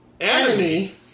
Enemy